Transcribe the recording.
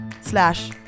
slash